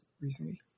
recently